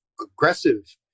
aggressive